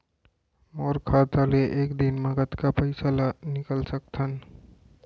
मोर खाता ले एक दिन म कतका पइसा ल निकल सकथन?